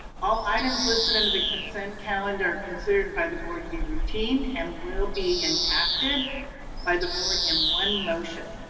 all items listed under the consent calendar are considered by the board to be routine and will be enacted by the board in one motion.